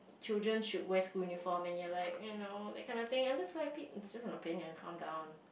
children should wear school uniform and you are like you know that kind of thing and I'm just like it's just an opinion calm down